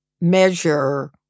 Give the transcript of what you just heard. measure